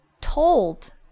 told